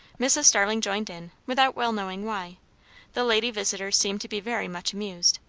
mrs. starling joined in, without well knowing why the lady visitors seemed to be very much amused.